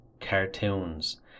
cartoons